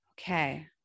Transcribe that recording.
Okay